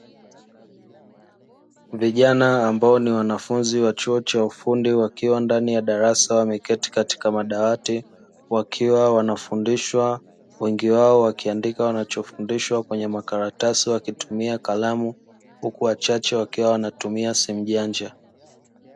Vijana ambao ni wanafunzi wa chuo cha ufundi wakiwa ndani ya darasa wameketi katika madawati, wakiwa wanafundishwa wengi wao wakiandika wanachofundishwa kwenye makaratasi wakitumia kalamu huku wachache wakiwa wanatumia simu janja.